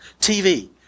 TV